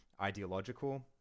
ideological